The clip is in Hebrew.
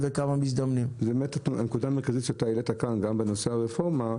זאת נקודה מרכזית שהעלית כאן גם בנושא הרפורמה.